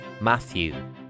Matthew